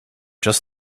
just